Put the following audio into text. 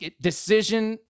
Decision